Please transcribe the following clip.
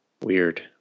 Weird